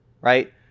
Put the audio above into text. right